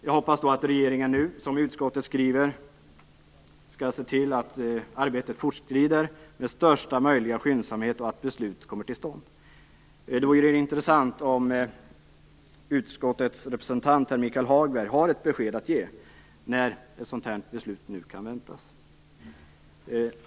Jag hoppas att regeringen nu, som utskottet skriver, skall se till att arbetet fortskrider med största möjliga skyndsamhet och att beslut kommer till stånd. Det vore intressant om utskottets representant, Michael Hagberg, har något besked att ge om när ett sådant här beslut kan väntas.